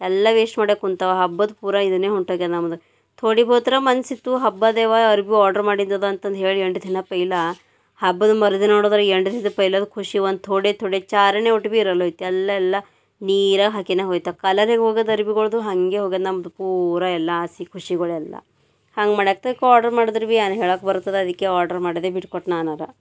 ಎಲ್ಲ ವೇಸ್ಟ್ ಮಾಡ್ಯ ಕುಂತವ ಹಬ್ಬದ ಪೂರ ಇದನ್ನೇ ಹೊಂಟೋಗ್ಯದ ನಮ್ಮದು ಥೋಡಿ ಬಹುತ್ತರೆ ಮನಸ್ಸಿತ್ತು ಹಬ್ಬದೆವ ಅರ್ವಿ ಆರ್ಡ್ರ್ ಮಾಡಿದ್ದದ ಅಂತಂದೇಳಿ ಎಂಟು ದಿನ ಪೆಹ್ಲ ಹಬ್ಬದ ಮರುದಿನ ನೋಡಿದ್ರ ಎಂಟು ದಿನ್ದ ಪೆಹ್ಲ ಖುಷಿ ಒಂದ್ ಥೋಡೆ ಥೋಡೆ ಚಾರ್ಣಿ ಓಟ್ ಬಿ ಇರಲ್ಲೋಯ್ತು ಎಲ್ಲ ಎಲ್ಲ ನೀರಾಗೆ ಹಾಕಿನಾಗ ಹೋಯ್ತು ಕಲರೇ ಹೋಗಿದ್ ಅರಿವಿಗಳ್ದು ಹಂಗೆ ಹೋಗ್ಯಾದ ನಮ್ಮದು ಪೂರ ಎಲ್ಲ ಆಸೆ ಖುಷಿಗಳೆಲ್ಲ ಹಂಗ ಮಾಡಾಕ್ದರು ಆರ್ಡರ್ ಮಾಡಿದ್ರು ಬಿ ಏನ್ ಹೇಳಕ್ಕೆ ಬರ್ತದ ಅದಕ್ಕೆ ಆರ್ಡ್ರ್ ಮಾಡದೆ ಬಿಟ್ಕೊಟ್ಟೆ ನಾನರೆ